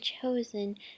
chosen